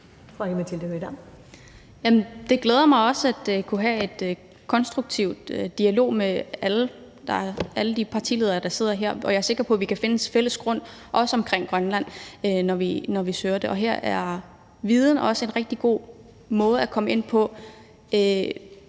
Det glæder mig også at kunne have en konstruktiv dialog med alle de partiledere, der sidder her, og jeg er sikker på, at vi kan finde en fælles grund også omkring Grønland, når vi søger det. Her er viden også en rigtig god måde at komme ind på